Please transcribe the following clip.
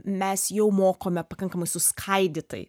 mes jau mokome pakankamai suskaidytai